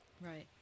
Right